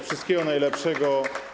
Wszystkiego najlepszego.